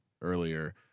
earlier